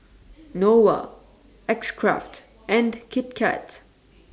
Nova X Craft and Kit Kat